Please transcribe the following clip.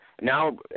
Now